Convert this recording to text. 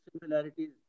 similarities